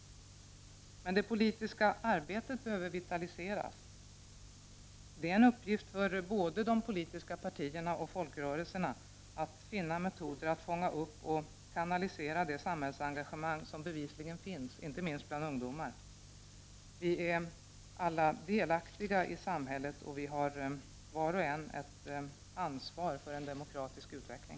Det politiska arbetet behöver vitaliseras. Det är en uppgift för både de politiska partierna och folkrörelserna att finna metoder att fånga upp och kanalisera det samhällsengagemang som bevisligen finns, inte minst bland ungdomar. Vi är alla delaktiga i samhället, och vi har var och en ett ansvar för en demokratisk utveckling.